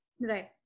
Right